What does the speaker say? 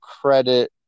credit –